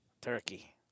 Turkey